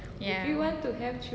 ya